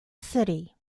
city